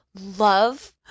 love